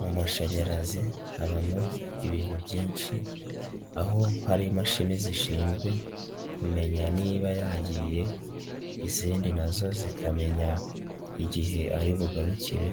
Mu mashanyarazi habamo ibintu byinshi aho hari imashini zishinzwe kumenya niba yagiye izindi na zo zikamenya igihe ari bugarukire